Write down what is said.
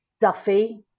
Duffy